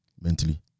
mentally